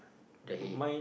the hay